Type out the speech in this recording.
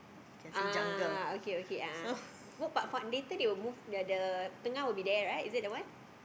ah okay okay a'ah but but later they will move the the Tengah will be there right is that the one